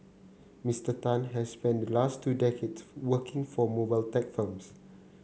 Mister Tan has spent last two decades working for mobile tech firms